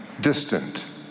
distant